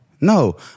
No